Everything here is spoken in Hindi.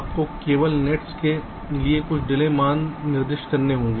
आपको केवल नेट्स के लिए कुछ डिले मान निर्दिष्ट करने होंगे